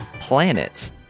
planets